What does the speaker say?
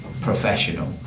professional